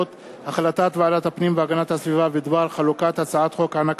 רוברט אילטוב וציון פיניאן,